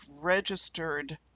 registered